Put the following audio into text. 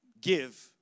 give